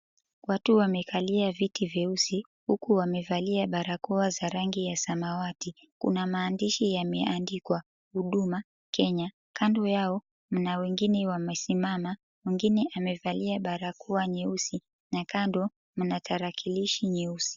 Watu wamekalia viti vyeusi huku wamevalia barakoa za rangi ya samawati. Kuna maandishi yameandikwa, Huduma Kenya kando yao, kuna wengine wamesimama wengine wamevalia barakoa nyeusi na kando kuna tarakilishi nyeusi.